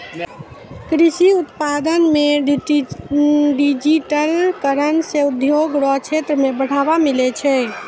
कृषि उत्पादन मे डिजिटिकरण से उद्योग रो क्षेत्र मे बढ़ावा मिलै छै